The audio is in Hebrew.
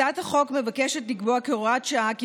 הצעת החוק מבקשת לקבוע כהוראת שעה כי